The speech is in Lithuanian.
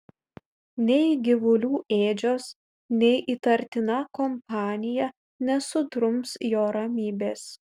nei gyvulių ėdžios nei įtartina kompanija nesudrums jo ramybės